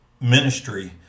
ministry